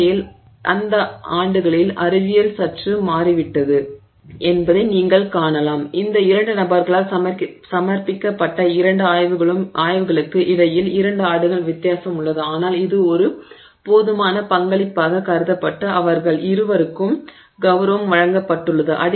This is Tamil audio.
உண்மையில் இந்த ஆண்டுகளில் அறிவியல் சற்று மாறிவிட்டது என்பதை நீங்கள் காணலாம் இந்த 2 நபர்களால் சமர்ப்பிக்கப்பட்ட 2 ஆய்வுகளுக்கு இடையில் 2 ஆண்டுகள் வித்தியாசம் உள்ளது ஆனால் இது ஒரு போதுமான பங்களிப்பாகக் கருதப்பட்டு அவர்கள் இருவருக்கும் கௌரவம் வழங்கப்பட்டுள்ளது